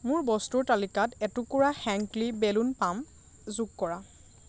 মোৰ বস্তুৰ তালিকাত এটুকুৰা হেংক্লী বেলুন পাম্প যোগ কৰা